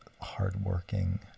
hardworking